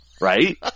Right